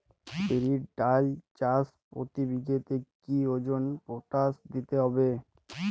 বিরির ডাল চাষ প্রতি বিঘাতে কি ওজনে পটাশ দিতে হবে?